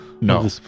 No